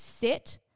sit